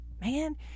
man